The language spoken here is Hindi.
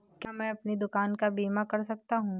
क्या मैं अपनी दुकान का बीमा कर सकता हूँ?